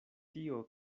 tio